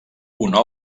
una